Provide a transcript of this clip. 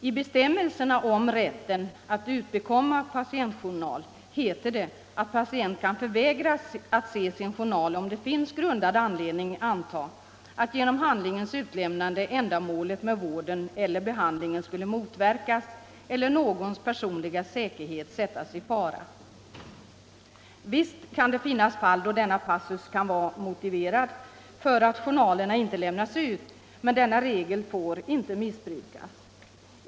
I bestämmelserna om rätten att utbekomma patientjournal heter det att en patient kan förvägras att se sin journal om det ”finnes grundad anledning antaga att genom handlingens utlämnande ändamålet med vården eller behandlingen skulle motverkas eller någons personliga säkerhet sättas i fara”. Visst kan det finnas fall då denna passus är motiverad för att journalerna inte skall lämnas ut, men regeln får inte missbrukas.